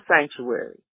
sanctuary